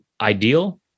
ideal